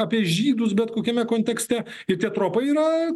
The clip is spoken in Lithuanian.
apie žydus bet kokiame kontekste ir tie tropai yra